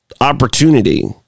opportunity